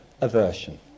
aversion